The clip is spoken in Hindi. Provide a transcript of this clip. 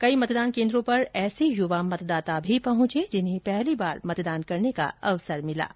कई मतदान केन्द्रों पर ऐसे युवा मतदाता भी पहंचे जिन्हें पहली बार मतदान करने का अवसर मिला है